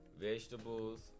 vegetables